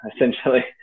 essentially